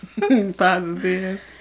positive